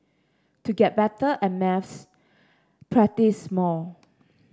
to get better at maths practise more